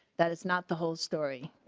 that is not the whole story.